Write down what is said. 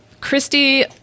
Christy